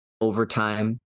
overtime